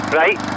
right